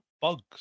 bugs